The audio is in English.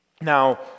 Now